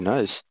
Nice